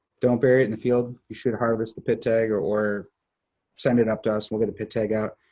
don't bury it in the field. you should harvest the pit tag or or send it up to us, we'll get the pit tag out.